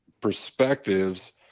perspectives